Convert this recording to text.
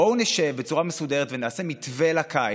בואו נשב בצורה מסודרת ונעשה מתווה לקיץ,